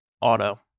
Auto